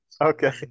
Okay